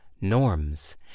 norms